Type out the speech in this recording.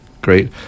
Great